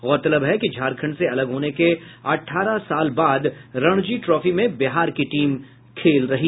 गौरतलब है कि झारखंड से अलग होने के अठारह साल बाद रणजी ट्रॉफी में बिहार की टीम खेलेगी